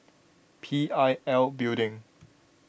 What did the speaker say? P I L Building